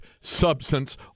substance